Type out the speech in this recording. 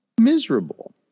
miserable